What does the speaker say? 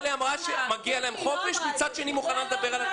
לא היה רגע אחד שהיא אמרה: תשבו איתנו